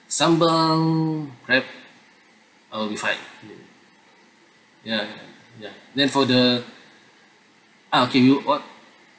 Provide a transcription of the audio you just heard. sambal crab I'll be fine ya ya then for the ah can you what